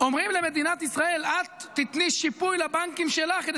אומרים למדינת ישראל: את תתני שיפוי לבנקים שלך כדי